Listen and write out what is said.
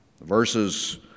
Verses